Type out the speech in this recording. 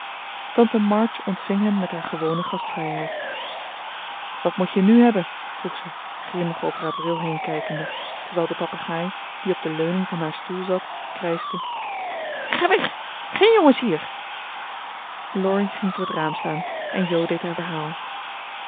tante march ontving hen met haar gewone gastvrijheid wat moet je nu hebben vroeg zij grimmig over haar bril heenkijkende terwijl de papegaai die op de leuning van haar stoel zat krijschte ga weg geen jongens hier laurie ging voor het raam staan en jo deed haar verhaal